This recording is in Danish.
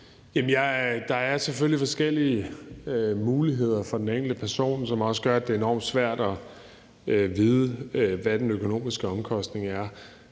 Der er selvfølgelig forskellige muligheder for den enkelte person, hvilket også gør, at det er enormt svært at vide, hvad den økonomiske omkostning er.